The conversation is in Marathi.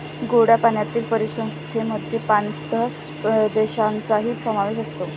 गोड्या पाण्यातील परिसंस्थेमध्ये पाणथळ प्रदेशांचाही समावेश असतो